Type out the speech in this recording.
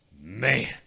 Man